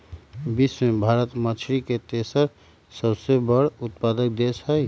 विश्व में भारत मछरी के तेसर सबसे बड़ उत्पादक देश हई